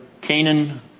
Canaan